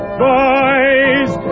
boys